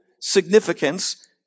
significance